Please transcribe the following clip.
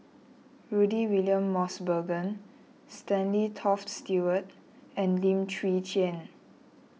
Rudy William Mosbergen Stanley Toft Stewart and Lim Chwee Chian